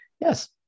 Yes